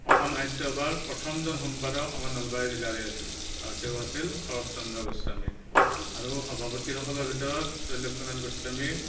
অসম সাহিত্য সভাৰ প্ৰথমজন সম্পাদক আমাৰ নলবাৰী জিলাৰেই আছিল আৰু তেওঁ আছিল শৰত চন্দ্ৰ গোস্বামী আৰু সভাপতিসকলৰ ভিতৰত ত্ৰৈলোক্যনাথ গোস্বামী